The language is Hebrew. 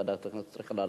ועדת הכנסת צריכה להעביר,